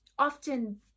Often